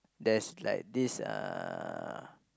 there's like this uh